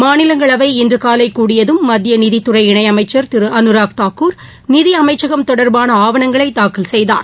மாநிலங்களவை இன்று காலை கூடியதும் மத்திய நிதித்துறை இணை அமைச்சர் திரு அனுராக் தாக்கூர் நிதி அமைச்சகம் தொடர்பான ஆவணங்களை தாக்கல் செய்தார்